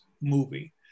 movie